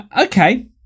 okay